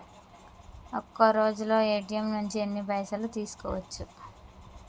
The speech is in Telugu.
ఒక్కరోజులో ఏ.టి.ఎమ్ నుంచి ఎన్ని పైసలు తీసుకోవచ్చు?